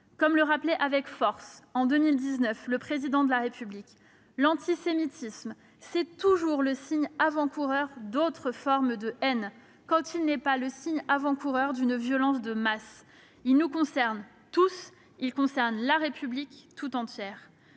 Comme le rappelait avec force, en décembre 2019, le Président de la République, l'antisémitisme est toujours le signe avant-coureur d'autres formes de haine, quand il n'est pas celui d'une violence de masse. Il nous concerne tous, il concerne la République tout entière.